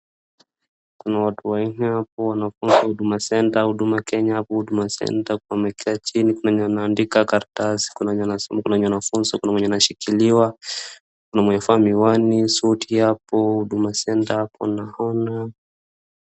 Kuna watu wanne hapo wanafunza huduma kenya hapo huduma centre . Kuna wenye wamekaa chini. Kuna mwenye anaandika karatasi, kuna mwenye anasoma, kuna anafunza, kuna mweye anashikiliwa. Kuna mwenye amevaa miwani suti hapo Huduma centre hapo naona.